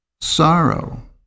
sorrow